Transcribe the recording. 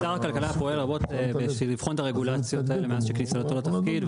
שר הכלכלה פועל רבות בשביל לבחון את הרגולציות האלה מאז כניסתו לתפקיד.